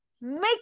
make